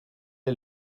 est